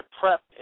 prep